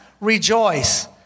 Rejoice